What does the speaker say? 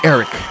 Eric